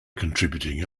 contributing